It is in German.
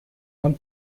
beim